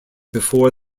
before